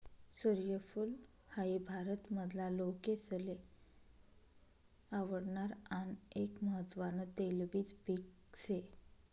सूर्यफूल हाई भारत मधला लोकेसले आवडणार आन एक महत्वान तेलबिज पिक से